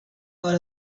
out